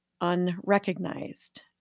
unrecognized